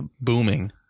booming